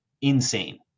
insane